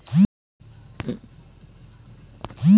उन्नीस सौ तिहत्तर के तेल संकट के बाद कुछ उच्च स्तर के कर्ज जमा हुए